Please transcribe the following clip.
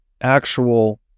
actual